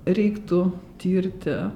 reiktų tirti